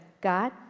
God